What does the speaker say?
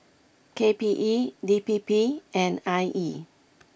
K P E D P P and I E